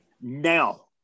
Now